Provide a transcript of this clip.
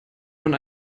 von